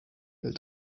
will